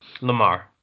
Lamar